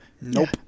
Nope